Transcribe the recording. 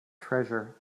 treasure